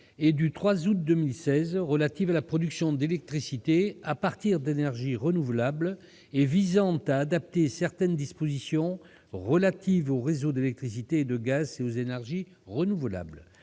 du 3 août 2016 relative à la production d'électricité à partir d'énergies renouvelables et visant à adapter certaines dispositions relatives aux réseaux d'électricité et de gaz et aux énergies renouvelables.